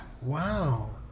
Wow